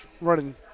running